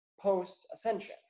post-ascension